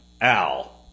Al